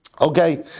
Okay